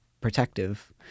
protective